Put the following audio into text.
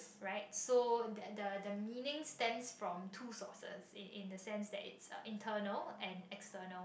right so the the the meaning stems from two sources in in the sense that it's internal and external